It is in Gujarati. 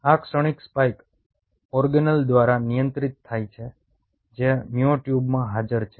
આ ક્ષણિક સ્પાઇક ઓર્ગેનેલ દ્વારા નિયંત્રિત થાય છે જે મ્યોટ્યુબમાં હાજર છે